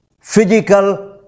physical